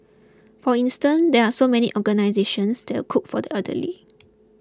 for instance there are so many organisations that cook for the elderly